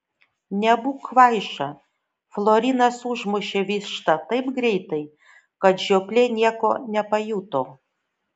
nebūk kvaiša florinas užmušė vištą taip greitai kad žioplė nieko nepajuto